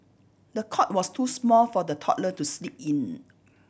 the cot was too small for the toddler to sleep in